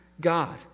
God